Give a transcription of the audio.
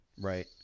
Right